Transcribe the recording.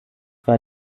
war